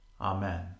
Amen